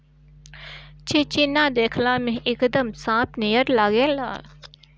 चिचिना देखला में एकदम सांप नियर लागेला